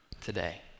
today